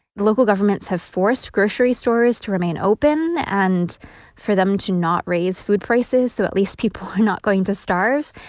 the local governments have forced grocery stores to remain open and for them to not raise food prices. so at least people are not going to starve.